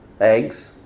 eggs